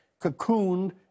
cocooned